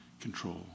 control